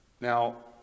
now